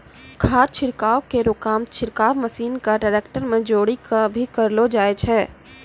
खाद छिड़काव केरो काम छिड़काव मसीन क ट्रेक्टर में जोरी कॅ भी करलो जाय छै